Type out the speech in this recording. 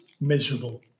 miserable